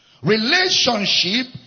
Relationship